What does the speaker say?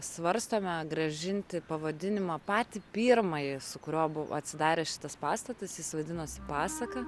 svarstome grąžinti pavadinimą patį pirmąjį su kuriuo buvo atsidaręs šitas pastatas jis vadinosi pasaka